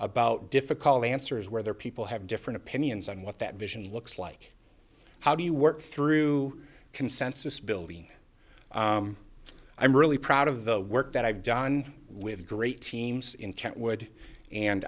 about difficult answers whether people have different opinions on what that vision looks like how do you work through consensus building so i'm really proud of the work that i've done with great teams in kentwood and